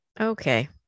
Okay